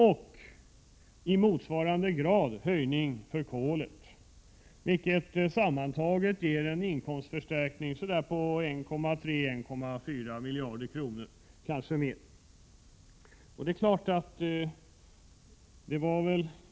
och en motsvarande höjning av skatten på kol, vilket sammantaget ger en inkomstförstärkning på 1,3—1,4 miljarder kronor, kanske mer.